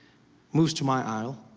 moves to my isle.